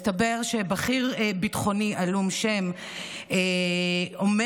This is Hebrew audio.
מסתבר שבכיר ביטחוני עלום שם אומר